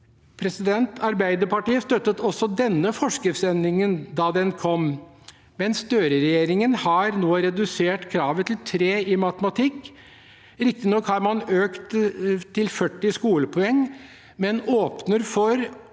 å snu. Arbeiderpartiet støttet også denne forskriftsendringen da den kom, men Støre-regjeringen har nå redusert kravet til 3 i matematikk. Man har riktignok økt til 40 skolepoeng, men åpner for å